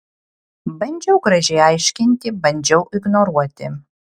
bandžiau gražiai aiškinti bandžiau ignoruoti